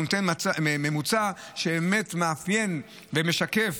והוא נותן ממוצע שבאמת מאפיין ומשקף